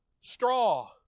Straw